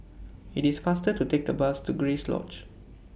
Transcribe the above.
IT IS faster to Take The Bus to Grace Lodge